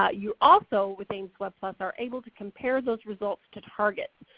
ah you also with aimswebplus are able to compare those results to targets.